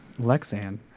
lexan